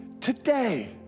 today